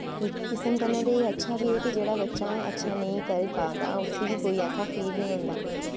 इक किस्म कन्नै एह् अच्छा बी ऐ कि जेह्ड़ा बच्चा अच्छा नेंई करी पादा उसी बी ऐसा फील नेंई होंदा